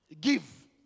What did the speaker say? Give